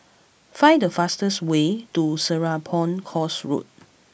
find the fastest way to Serapong Course Road